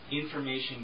information